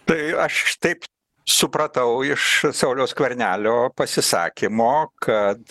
tai aš taip supratau iš sauliaus skvernelio pasisakymo kad